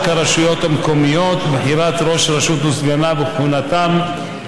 הרשויות המקומיות (בחירת ראש רשות וסגניו וכהונתם),